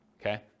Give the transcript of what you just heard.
okay